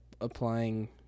applying